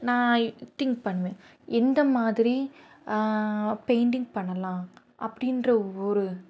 நான் திங்க் பண்ணுவேன் எந்த மாதிரி பெயிண்டிங் பண்ணலாம் அப்படின்ற ஒரு